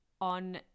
on